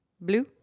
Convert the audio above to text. blue